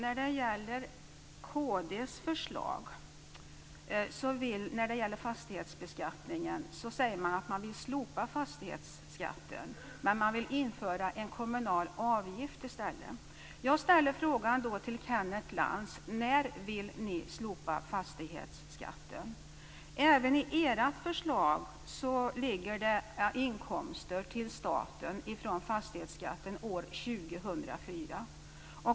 Fru talman! Kd säger att man vill slopa fastighetsskatten och införa en kommunal avgift i stället. När vill ni slopa fastighetsskatten, Kenneth Lantz? Även i ert förslag finns inkomster till staten från fastighetsskatten år 2004.